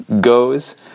goes